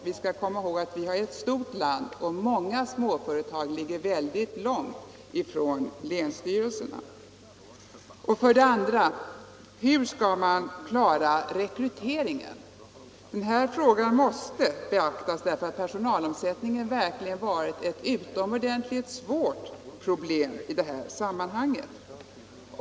Vi har ett stort land, och många småföretag ligger väldigt långt från länsstyrelserna. Och vidare: Hur skall man klara rekryteringen? Den här frågan måste beaktas därför att personalomsättningen verkligen har varit ett utomordentligt svårt problem i detta sammanhang.